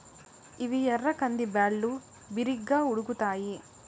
ఇవి ఎర్ర కంది బ్యాళ్ళు, బిరిగ్గా ఉడుకుతాయి